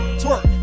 twerk